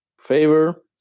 favor